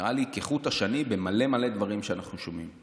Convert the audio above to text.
נראה לי, כחוט השני במלא מלא דברים שאנחנו שומעים.